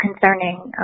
concerning